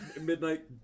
Midnight